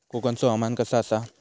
कोकनचो हवामान कसा आसा?